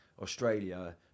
Australia